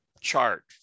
chart